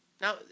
Now